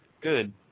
Good